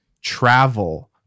travel